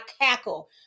cackle